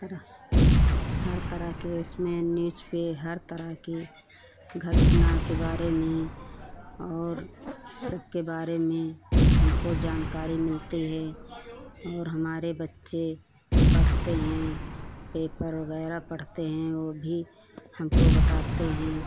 फ़िर हर तरह के उसमें न्यूज़ पर हर तरह के घटना के बारे में और सब के बारे में हमको जानकारी मिलती है और हमारे बच्चे पढ़ते हैं पेपर वगैरह पढ़ते हैं और भी हमको बताते हैं